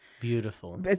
Beautiful